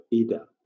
Ida